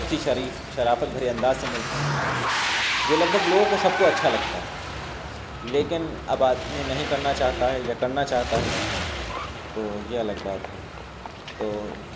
اسی شریف شرافت بھرے انداز سے ملتے ہیں جو لگ بھگ لوگوں کو سب کو اچھا لگتا ہے لیکن اب آدمی نہیں کرنا چاہتا ہے یا کرنا چاہتا ہے تو یہ الگ بات ہے تو